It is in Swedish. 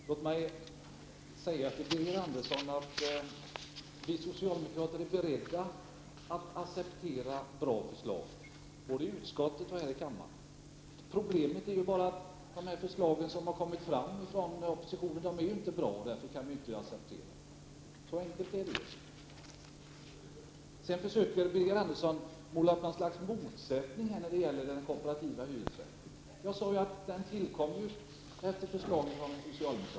Fru talman! Låt mig till Birger Andersson säga att vi socialdemokrater är beredda att acceptera bra förslag både i utskottet och här i kammaren. Problemet är bara att de förslag som har kommit från oppositionen inte är bra, och därför kan vi inte acceptera dem. Så enkelt är det. Sedan försöker Birger Andersson att måla upp något slags motsättning när det gäller den kooperativa hyresrätten. Den tillkom ju på socialdemokratiskt initiativ.